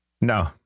No